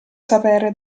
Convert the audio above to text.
sapere